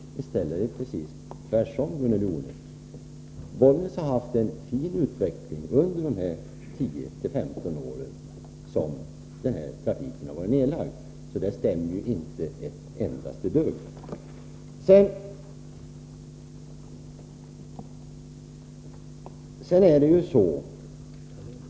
Men det är precis tvärtom, Gunnel Jonäng. Bollnäs har haft en fin utveckling under de 10-15 år som trafiken har varit nedlagd. Gunnel Jonängs påstående stämmer inte ett endaste dugg.